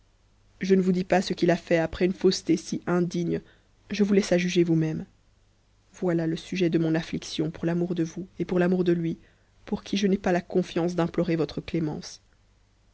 je ne vous dis pas ce qu'il a ait après une fausseté si insigne je vous laisse à juger vous-même voilà e sujet de mon affliction pour l'amour de vous et pour l'amour de lui our qui je n'ai pas la confiance d'implorer votre clémence